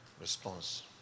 response